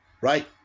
Right